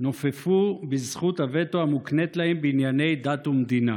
נופפו בזכות הווטו המוקנית להם בענייני דת ומדינה.